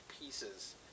pieces